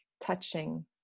touching